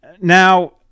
Now